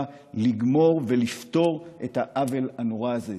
לגמור ולפתור את העוול הנורא הזה.